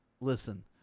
listen